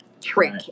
trick